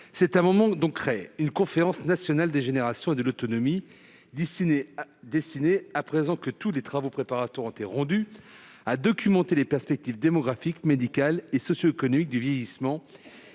proposons ainsi de créer une conférence nationale des générations et de l'autonomie destinée, à présent que tous les travaux préparatoires ont été rendus, à documenter les perspectives démographiques, médicales et socio-économiques du vieillissement